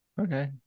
Okay